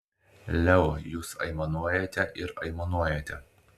leo jūs aimanuojate ir aimanuojate